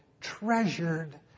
treasured